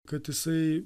kad jisai